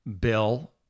Bill